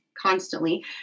constantly